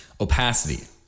opacity